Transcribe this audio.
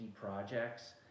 projects